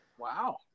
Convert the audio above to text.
Wow